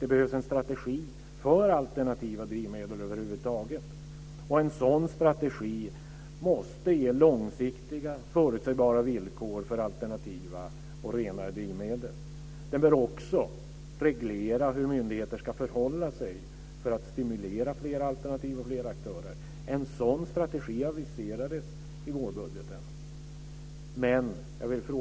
Det behövs en strategi för alternativa drivmedel över huvud taget. En sådan strategi måste ge långsiktiga förutsägbara villkor för alternativa och renare drivmedel. Den bör också reglera hur myndigheter ska förhålla sig för att stimulera fler alternativ och fler aktörer. En sådan strategi aviserades i vårbudgeten. Fru talman!